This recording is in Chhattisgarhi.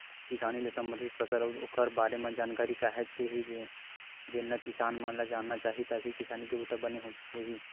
किसानी ले संबंधित फसल अउ ओखर बारे म जानकारी काहेच के हे जेनला किसान मन ल जानना चाही तभे किसानी के बूता बने होही